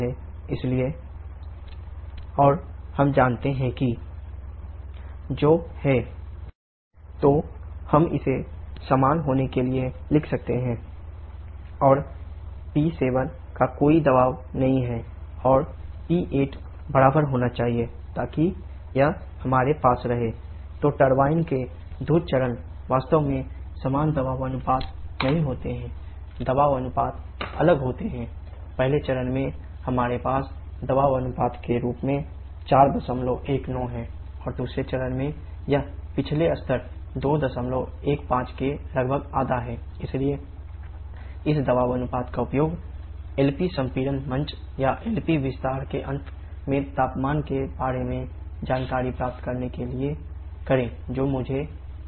इसलिए P6P7419 और हम जानते हैं कि P6P90νerall pressure ratio जो है P6P9P4P19 तो हम इसे समान होने के लिए लिख सकते हैं P6P9P7P99 और P7 का कोई दबाव नहीं है और P8 बराबर होना चाहिए ताकि यह हमारे पास रहे P8P994192147 तो टरबाइन मंच या LP विस्तार के अंत में तापमान के बारे में जानकारी प्राप्त करने के लिए करें जो मुझे कहना चाहिए